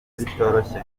bitoroshye